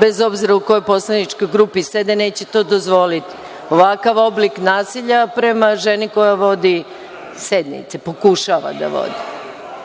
bez obzira u kojoj poslaničkoj grupi sede, neće dozvoliti ovakav oblik nasilja prema ženi koja vodi sednicu, pokušava da